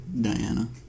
Diana